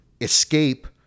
escape